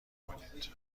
کنید